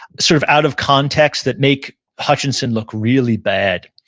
sort of out of context, that make hutchinson look really bad.